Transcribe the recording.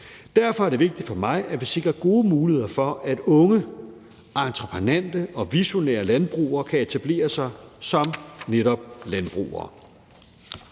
Derfor er det vigtigt for mig, at vi sikrer gode muligheder for, at unge entreprenante og visionære landbrugere kan etablere sig som netop landbrugere.